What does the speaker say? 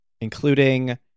including